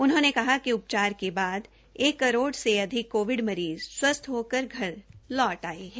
उन्होंने कहा कि उपचार के बाद एक करोड़ से अधिक कोविड मरीज़ स्वस्थ्य होकर घर लौट आये है